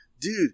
dude